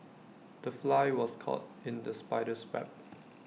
the fly was caught in the spider's web